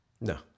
No